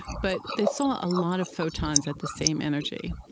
but they saw a lot of photons at the same energy,